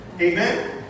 Amen